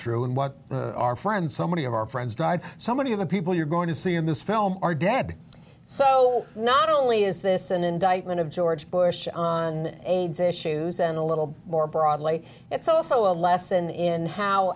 through and what our friends so many of our friends dr so many of the people you're going to see in this film are dead so not only is this an indictment of george bush on aids issues and a little more broadly it's also a lesson in how